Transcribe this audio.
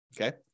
Okay